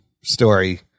story